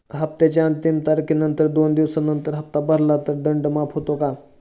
हप्त्याच्या अंतिम तारखेनंतर दोन दिवसानंतर हप्ता भरला तर दंड माफ होतो का?